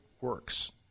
works